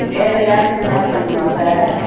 வேறு யாருக்கும் கால் பண்ணணுமா சார்